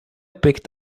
picked